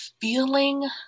feeling